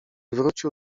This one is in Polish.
wrócił